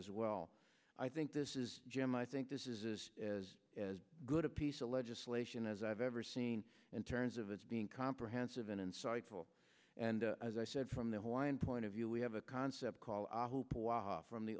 as well i think this is jim i think this is as good a piece of legislation as i've ever seen in terms of its being comprehensive and insightful and as i said from the whine point of view we have a concept called from the